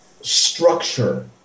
structure